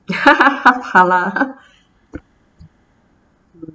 half halal